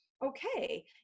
okay